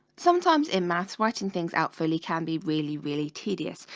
sometimes in math writing things out fully can be really really tedious.